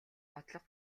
бодлого